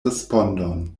respondon